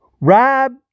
Rob